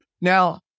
Now